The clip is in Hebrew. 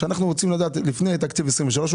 שאנחנו רוצים לדעת לפני תקציב 2023,